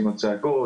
עם ההתעסקות,